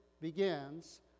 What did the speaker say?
begins